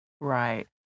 right